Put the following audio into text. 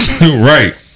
Right